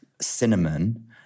cinnamon